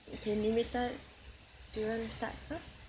K do you want to start first